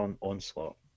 Onslaught